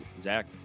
Zach